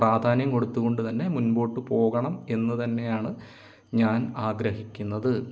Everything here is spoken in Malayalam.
പ്രാധാന്യം കൊടുത്തു കൊണ്ട് തന്നെ മുൻപോട്ട് പോകണം എന്ന് തന്നെയാണ് ഞാൻ ആഗ്രഹിക്കുന്നത്